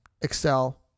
Excel